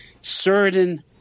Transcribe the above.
certain